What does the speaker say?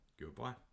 Goodbye